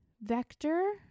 vector